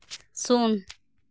ᱥᱩᱱ